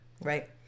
right